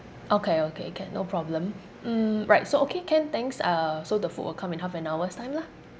okay okay can no problem mm right so okay can thanks uh so the food will come in half an hour's time lah